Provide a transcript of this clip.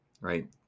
right